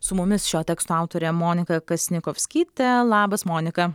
su mumis šio teksto autorė monika kasnikovskitė labas monika